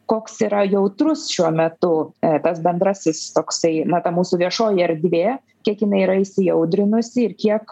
koks yra jautrus šiuo metu tas bendrasis toksai na ta mūsų viešoji erdvė kiek jinai yra įsiaudrinusi ir kiek